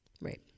Right